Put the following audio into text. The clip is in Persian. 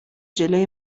جلوی